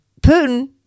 Putin